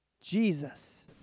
Jesus